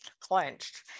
clenched